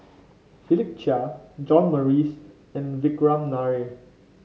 Philip Chia John Morrice and Vikram Nair